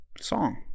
song